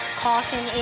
caution